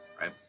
Right